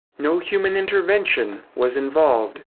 no human intervention was involved.